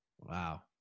Wow